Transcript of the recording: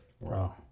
Wow